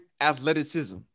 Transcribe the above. athleticism